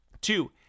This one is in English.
Two